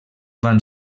van